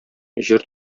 җыр